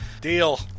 Deal